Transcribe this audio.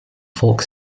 folk